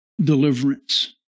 Deliverance